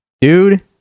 Dude